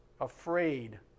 afraid